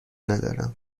ندارم